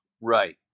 Right